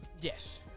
Yes